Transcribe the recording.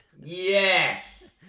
Yes